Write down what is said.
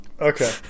Okay